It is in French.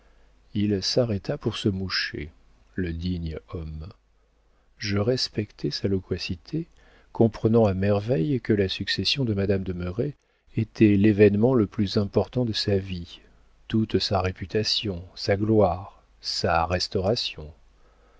il s'arrêta pour se moucher le digne homme je respectai sa loquacité comprenant à merveille que la succession de madame de merret était l'événement le plus important de sa vie toute sa réputation sa gloire sa restauration